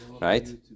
right